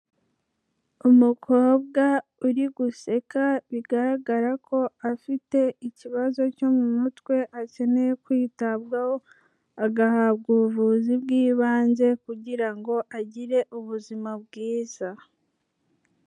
Umukobwa uri guseka bigaragara ko afite ikibazo cyo mu mutwe akeneye kwitabwaho, agahabwa ubuvuzi bw'ibanze kugira ngo agire ubuzima bwiza.